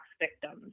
victims